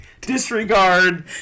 Disregard